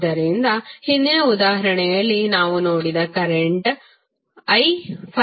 ಆದ್ದರಿಂದ ಹಿಂದಿನ ಉದಾಹರಣೆಯಲ್ಲಿ ನಾವು ನೋಡಿದ ಕರೆಂಟ್ i 5cos 60πt